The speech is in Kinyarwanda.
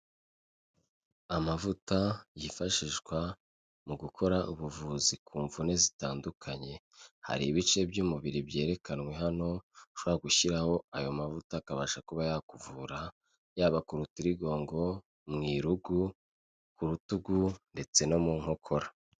Amavuta yifashishwa mu gukora ubuvuzi ku mvune zitandukanye. Hari ibice by'umubiri byerekanwe hano, ushobora gushyiraho ayo mavuta akabasha kuba yakuvura, yaba ku rutirigongo, mu irugu, ku rutugu ndetse no mu nkokora.